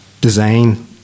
design